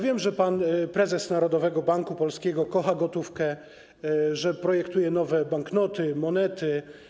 Wiem, że pan prezes Narodowego Banku Polskiego kocha gotówkę, że projektuje nowe banknoty i monety.